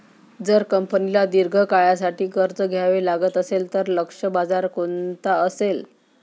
जर कंपनीला दीर्घ काळासाठी कर्ज घ्यावे लागत असेल, तर लक्ष्य बाजार कोणता असेल?